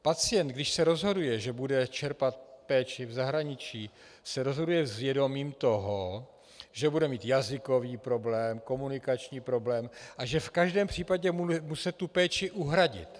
Pacient, když se rozhoduje, že bude čerpat péči v zahraničí, se rozhoduje s vědomím toho, že bude mít jazykový problém, komunikační problém a že v každém případě bude muset tu péči uhradit.